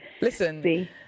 listen